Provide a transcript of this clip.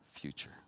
future